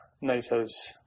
NATO's